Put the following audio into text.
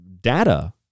data